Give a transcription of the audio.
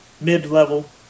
mid-level